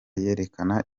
yerekana